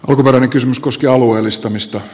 alkuperäinen kysymys koski alueellistamista